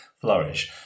flourish